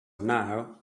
now